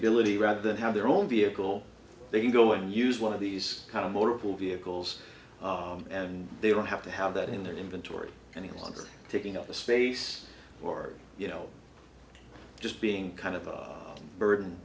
ability rather than have their own vehicle they can go and use one of these kind of motor vehicles and they don't have to have that in their inventory any longer taking up the space or you know just being kind of a burden